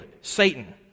Satan